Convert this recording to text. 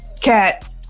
cat